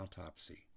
autopsy